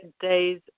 days